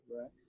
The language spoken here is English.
right